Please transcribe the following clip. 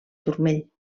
turmell